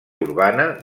urbana